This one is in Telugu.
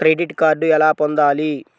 క్రెడిట్ కార్డు ఎలా పొందాలి?